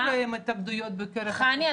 חני,